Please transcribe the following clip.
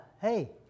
hey